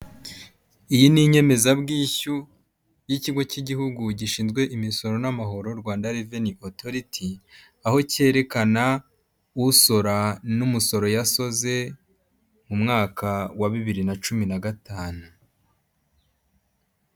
Iyi ni inyemezabwishyu y'ikigo k'igihugu gishinzwe imisoro n'amahoro Rwanda reveni otoriti, aho kerekana usora n'umusoro yasoze mu mwaka wa bibiri na cumi na gatanu.